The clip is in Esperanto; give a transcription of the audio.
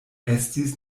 estis